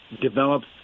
develops